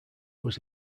was